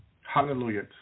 Hallelujah